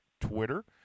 Twitter